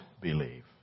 believe